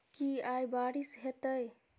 की आय बारिश हेतै?